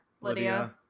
Lydia